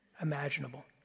imaginable